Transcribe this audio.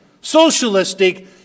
socialistic